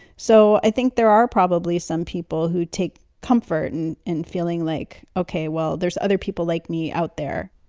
so i think there are probably some people who take comfort in and feeling feeling like, okay, well, there's other people like me out there